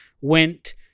went